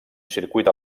circuit